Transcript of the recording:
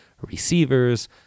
receivers